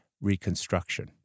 Reconstruction